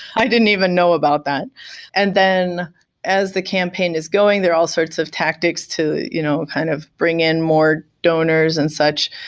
i didn't even know about that and then as the campaign is going, there are all sorts of tactics to you know kind of bring in more donors and such,